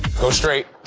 go straight.